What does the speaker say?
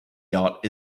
yacht